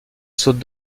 saute